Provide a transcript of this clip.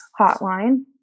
hotline